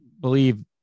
believe